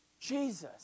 Jesus